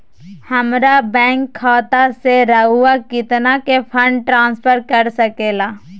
हमरा बैंक खाता से रहुआ कितना का फंड ट्रांसफर कर सके ला?